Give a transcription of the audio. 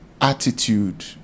attitude